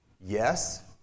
yes